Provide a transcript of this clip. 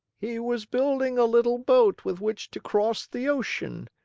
he was building a little boat with which to cross the ocean.